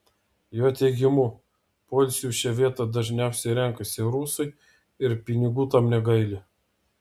jo teigimu poilsiui šią vietą dažniausiai renkasi rusai ir pinigų tam negaili